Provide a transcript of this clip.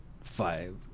five